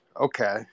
okay